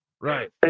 right